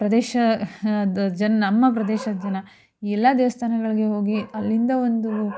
ಪ್ರದೇಶ ದ ಜನ ನಮ್ಮ ಪ್ರದೇಶ ಜನ ಎಲ್ಲ ದೇವಸ್ಥಾನಗಳಿಗೆ ಹೋಗಿ ಅಲ್ಲಿಂದ ಒಂದು